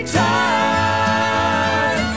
time